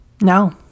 No